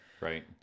right